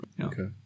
Okay